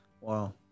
Wow